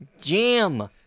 jam